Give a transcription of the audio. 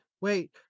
wait